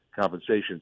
compensation